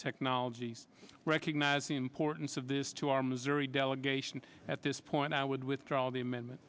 technologies recognize the importance of this to our missouri delegation at this point i would withdraw the amendment